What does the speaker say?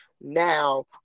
now